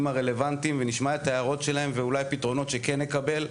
הרלוונטיים ונשמע את ההערות שלהם ואולי פתרונות שכן נקבל,